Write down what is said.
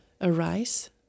arise